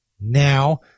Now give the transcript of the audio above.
Now